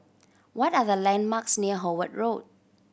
what are the landmarks near Howard Road